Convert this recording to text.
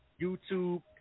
YouTube